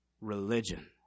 Religion